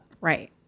Right